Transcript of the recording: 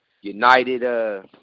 United